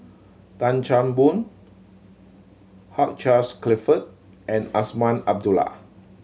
Tan Chan Boon Hugh Charles Clifford and Azman Abdullah